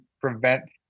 prevent